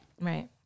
Right